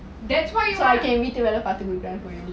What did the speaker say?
that's why